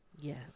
Yes